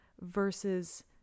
versus